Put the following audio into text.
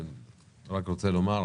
אני רוצה לומר,